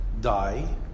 die